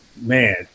man